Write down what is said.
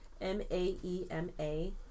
m-a-e-m-a